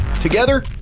Together